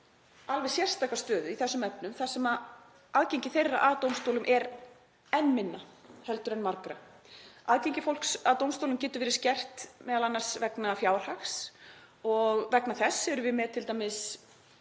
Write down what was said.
alveg sérstaka stöðu í þessum efnum þar sem aðgengi þeirra að dómstólum er enn minna heldur en margra. Aðgengi fólks að dómstólum getur verið skert m.a. vegna fjárhags og vegna þess erum við með t.d.